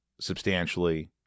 substantially